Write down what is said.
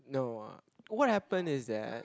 no ah what happen is that